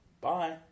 Bye